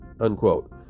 unquote